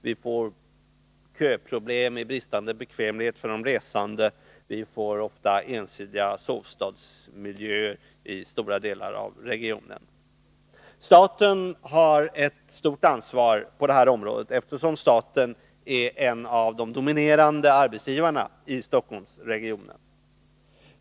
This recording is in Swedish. Vi får köproblem med bristande bekvämlighet för de resande, vi får ofta ensidiga sovstadsmiljöer i stora delar av regionen. Staten har ett stort ansvar på detta område, eftersom staten är en av de dominerande arbetsgivarna i Stockholmsregionen.